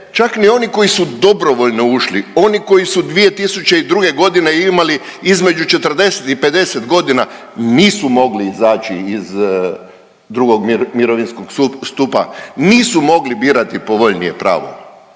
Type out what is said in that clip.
čak ni oni koji su dobrovoljno ušli, oni koji su 2022.g. imali između 40 i 50 godina nisu mogli izaći iz drugog mirovinskog stupa, nisu mogli birati povoljnije pravo.